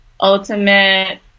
ultimate